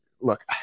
Look